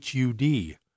HUD